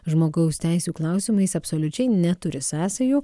žmogaus teisių klausimais absoliučiai neturi sąsajų